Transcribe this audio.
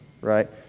right